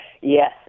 Yes